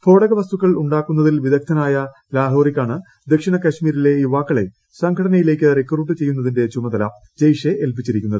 സ്ഫോടക വസ്തുക്കൾ ഉണ്ടാക്കുന്നതിൽ ് വിദഗ്ധനായ ലാഹോറിക്കാണ് ദ്ക്ഷിണ കശ്മീരിലെ യുവാക്കളെ സംഘടനിലേക്ക് റിക്രൂട്ട് ചെയ്യുന്നതിന്റെ ചുമതല ജയ്ഷെ ഏൽപ്പിച്ചിരിക്കുന്നത്